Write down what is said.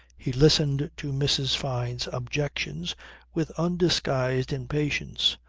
he listened to mrs. fyne's objections with undisguised impatience.